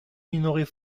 minorez